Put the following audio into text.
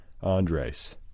Andres